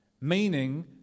meaning